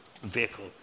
vehicle